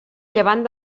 llevant